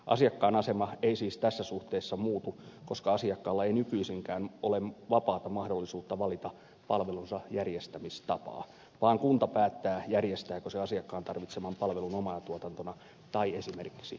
asiakkaan asema ei siis tässä suhteessa muutu koska asiakkaalla ei nykyisinkään ole vapaata mahdollisuutta valita palvelunsa järjestämistapaa vaan kunta päättää järjestääkö se asiakkaan tarvitseman palvelun omana tuotantona vai esimerkiksi ostopalveluna